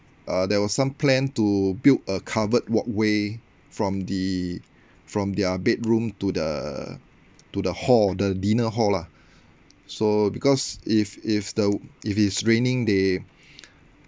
uh there was some plan to build a covered walkway from the from their bedroom to the to the hall the dinner hall lah so because if if the if it's raining they